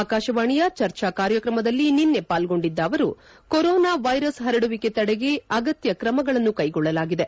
ಆಕಾಶವಾಣಿಯ ಚರ್ಚಾ ಕಾರ್ಯಕ್ರಮದಲ್ಲಿ ನಿನ್ನೆ ಪಾಲ್ಗೊಂಡಿದ್ದ ಅವರು ಕೊರೋನಾ ವೈರಸ್ ಹರಡುವಿಕೆ ತಡೆಗೆ ಅಗತ್ಯ ಕ್ರಮಗಳನ್ನು ಕೈಗೊಳ್ಳಲಾಗಿದೆ